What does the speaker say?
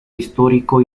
histórico